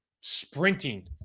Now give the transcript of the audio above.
sprinting